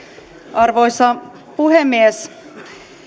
arvoisa puhemies